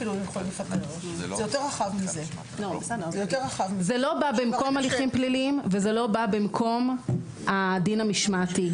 זה לא בא במקום הליכים פליליים וזה לא בא במקום הדין המשמעתי.